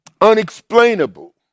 unexplainable